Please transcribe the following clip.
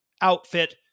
outfit